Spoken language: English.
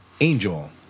Angel